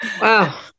wow